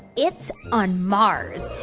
it's on mars.